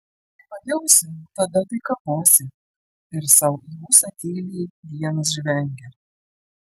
kai pajausi tada tai kaposi ir sau į ūsą tyliai vienas žvengia